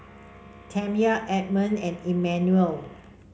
Tamya Edmond and Emmanuel